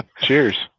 cheers